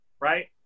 Right